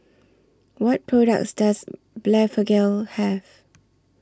What products Does Blephagel Have